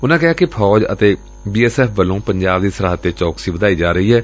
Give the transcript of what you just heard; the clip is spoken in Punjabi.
ਉਨਾਂ ਕਿਹਾ ਕਿ ਫੌਜ ਅਤੇ ਬੀ ਐਸ ਐਫ਼ ਵੱਲੋਂ ਪੰਜਾਬ ਦੀ ਸਰਹੱਦ ਤੇ ਚੌਕਸੀ ਵਧਾਈ ਜਾ ਰਹੀ ਏ